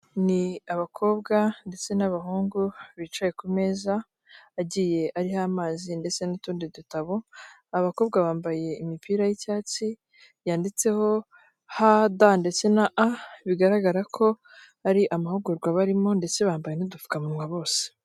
Ni abakobwa ndetse n'abahungu bicaye ku meza agiye ariho amazi ndetse n'utundi dutabo, abakobwa bambaye imipira y'icyatsi yanditseho H, D ndetse na A, bigaragara ko ari amahugurwa barimo ndetse bambaye n'udupfukamunwa bose.